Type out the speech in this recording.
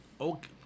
Okay